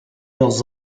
leurs